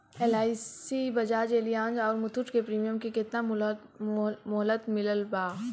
LIC Bajaj Allianz आउर मुथूट के premium के केतना मुहलत मिलल बा?